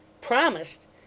Promised